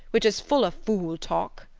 which is full of fool-talk.